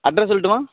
address சொல்லட்டுமா